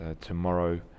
tomorrow